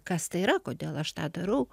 kas tai yra kodėl aš tą darau